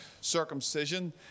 circumcision